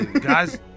Guys